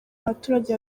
abaturage